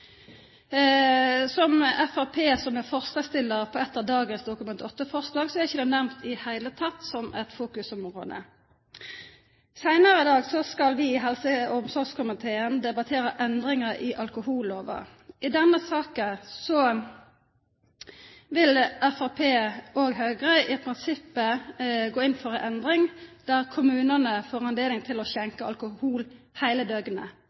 som er forslagsstiller til et av dagens Dokument 8-forslag, er ikke dette nevnt i det hele tatt som et fokusområde. Senere i dag skal vi i helse- og omsorgskomiteen debattere endringer i alkoholloven. I den saken vil Fremskrittspartiet og Høyre i prinsippet gå inn for en endring der kommunene får anledning til å skjenke alkohol hele